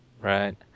Right